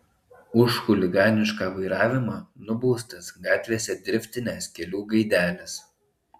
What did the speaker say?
už chuliganišką vairavimą nubaustas gatvėse driftinęs kelių gaidelis